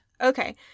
Okay